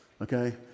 okay